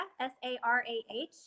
S-A-R-A-H